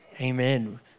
Amen